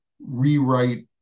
rewrite